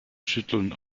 schütteln